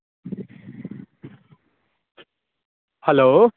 hello